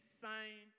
sign